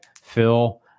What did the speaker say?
phil